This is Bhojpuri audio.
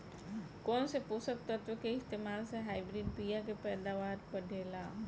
कौन से पोषक तत्व के इस्तेमाल से हाइब्रिड बीया के पैदावार बढ़ेला?